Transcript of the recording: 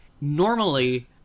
Normally